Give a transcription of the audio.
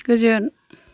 गोजोन